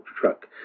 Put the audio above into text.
Truck